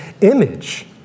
image